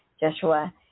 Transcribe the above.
Joshua